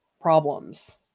problems